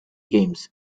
games